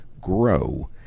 grow